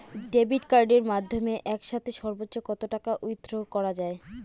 Debit কার্ডের মাধ্যমে একসাথে সর্ব্বোচ্চ কত টাকা উইথড্র করা য়ায়?